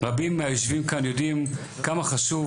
רבים מהיושבים כאן יודעים כמה חשוב